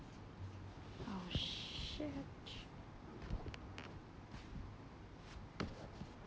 oh shit